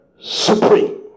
supreme